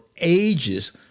ages